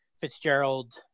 Fitzgerald